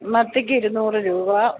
മത്തിക്ക് ഇരുന്നൂറു രൂപ